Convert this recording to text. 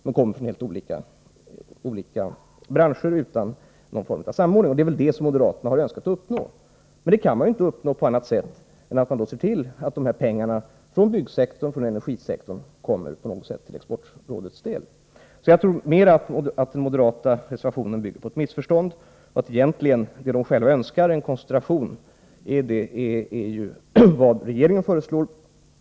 Den koncentration som moderaterna har önskat uppnå kan man inte uppnå på annat sätt än genom att se till att pengarna från byggoch energisektorn på något sätt kommer Exportrådet till del. Jag tror snarast att den moderata reservationen bygger på ett missförstånd. Det moderaterna själva önskar — en koncentration — är ju vad regeringen föreslår.